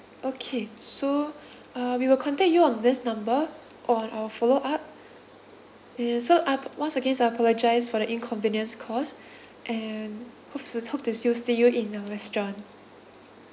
okay so uh we will contact you on this number on our follow up yeah so up once again I apologise for the inconvenience caused and hope to hope to see you sti~ you in our restaurant